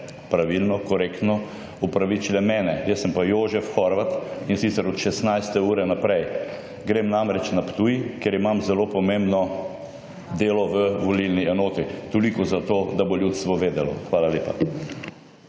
pravilno, korektno – opravičile mene. Jaz sem pa Jožef Horvat, in sicer od 16. ure naprej; grem namreč na Ptuj, kjer imam zelo pomembno delo v volilni enoti. Toliko, zato da bo ljudstvo vedelo. Hvala lepa.